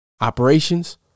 Operations